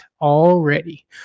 already